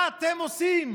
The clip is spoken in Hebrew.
מה אתם עושים?